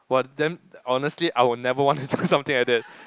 !wah! damn honestly I would never want to do something like that